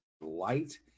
light